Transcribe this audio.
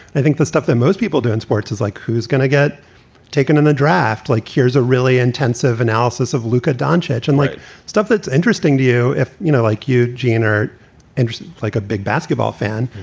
i think the stuff that most people do in sports is like who's going to get taken in the draft, like here's a really intensive analysis of luca don church and like stuff that's interesting to you if you know, like you generate interest like a big basketball fan.